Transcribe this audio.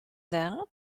that